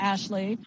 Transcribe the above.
Ashley